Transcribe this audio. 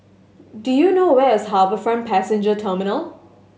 do you know where is HarbourFront Passenger Terminal